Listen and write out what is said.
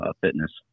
fitness